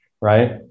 Right